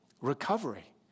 recovery